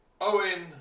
Owen